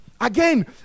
Again